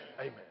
Amen